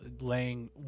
laying